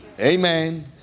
Amen